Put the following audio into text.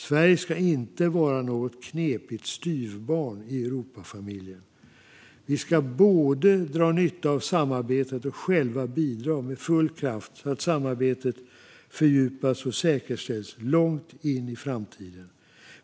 Sverige ska inte vara något knepigt styvbarn i Europafamiljen. Vi ska både dra nytta av samarbetet och själva bidra med full kraft så att samarbetet fördjupas och säkerställs långt in i framtiden.